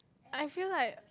I feel like